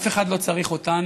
אף אחד לא צריך אותנו